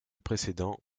précédent